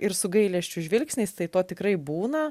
ir su gailesčiu žvilgsniais tai to tikrai būna